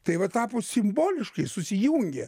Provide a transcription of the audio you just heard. tai va tapo simboliškai susijungė